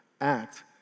act